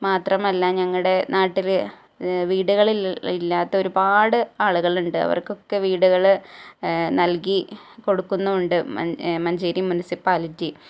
മാത്രമല്ല ഞങ്ങളുടെ നാട്ടില് വീടുകളില്ലാത്ത ഒരുപാട് ആളുകളുണ്ട് അവർക്കൊക്കെ വീടുകള് നൽകി കൊടുക്കുന്നുമുണ്ട് മഞ്ചേരി മുനിസിപ്പാലിറ്റി